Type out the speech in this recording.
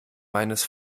meines